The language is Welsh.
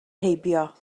heibio